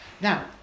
Now